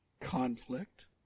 conflict